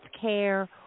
care